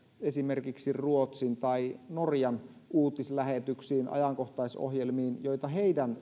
esimerkiksi ruotsin tai norjan uutislähetyksiin ajankohtaisohjelmiin joita heidän